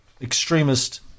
extremist